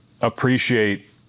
appreciate